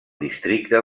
districte